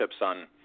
on